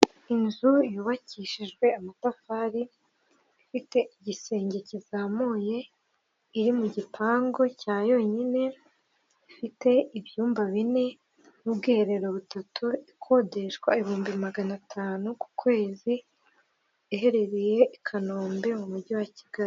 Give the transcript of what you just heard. Inzu yubakishijwe amatafari ifite igisenge kizamuye iri mu gipangu cya yonyine ifite ibyumba bine n'ubwiherero butatu ikodeshwa ibihumbi magana atanu ku kwezi, iherereye i kanombe mu mujyi wa Kigali